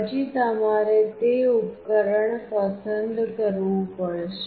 પછી તમારે તે ઉપકરણ પસંદ કરવું પડશે